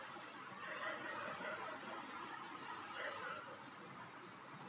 घास या किसी भी प्रकार की झाड़ी की गठरी को गठरी लिफ्टर से उठाया जाता है